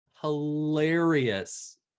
hilarious